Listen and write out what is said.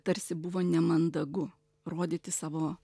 tarsi buvo nemandagu rodyti savo